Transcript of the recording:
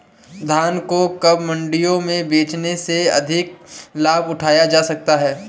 धान को कब मंडियों में बेचने से अधिक लाभ उठाया जा सकता है?